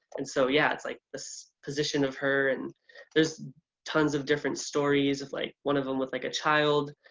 and so yeah it's like this position of her and there's tons of different stories of like one of them with like a child,